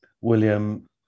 william